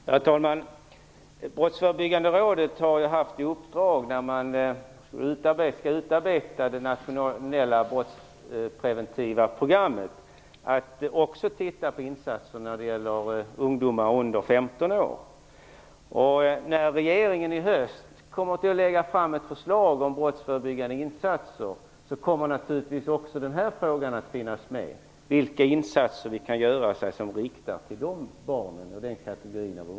Herr talman! Brottsförebyggande rådet har haft i uppdrag när det nationella brottspreventiva programmet skulle utarbetas att också se över insatser när det gäller ungdomar under 15 år. När regeringen i höst skall lägga fram ett förslag om brottsförebyggande insatser kommer naturligtvis även frågan om vilka insatser man kan göra med inriktning på barn och ungdomar att finnas med.